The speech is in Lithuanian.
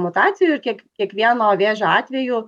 mutacijų ir kiek kiekvieno vėžio atveju